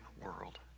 world